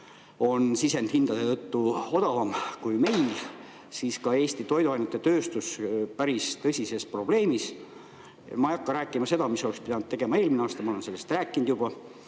on sisendhindade tõttu odavam kui meil, siis on ka Eesti toiduainetööstus päris tõsise probleemi ees. Ma ei hakka rääkima, mida oleks pidanud tegema eelmisel aastal, ma olen juba rääkinud